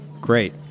great